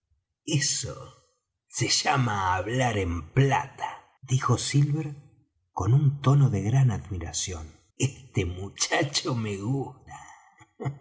eso se llama hablar en plata dijo silver con un tono de gran admiración este muchacho me gusta